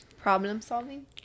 problem-solving